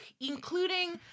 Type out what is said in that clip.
including